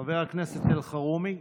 חבר הכנסת סעיד אלחרומי,